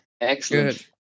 Excellent